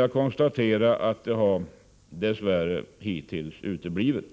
Jag konstaterar Deregionala utatt det Är va Bä act É. i vecklingsfondernas